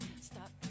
stop